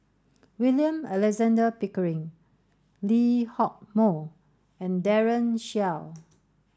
William Alexander Pickering Lee Hock Moh and Daren Shiau